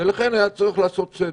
ולכן היה צריך לעשות סדר.